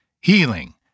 Healing